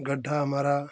गड्ढा हमारा